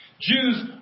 Jews